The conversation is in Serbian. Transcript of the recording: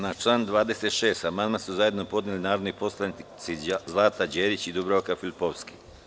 Na član 26. amandman su zajedno podnele narodni poslanici Zlata Đerić i Dubravka Filipovski.